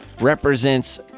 represents